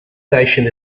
station